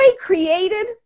created